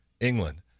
England